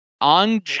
on